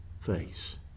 face